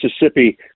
mississippi